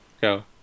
go